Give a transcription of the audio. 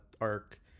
arc